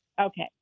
Okay